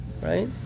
right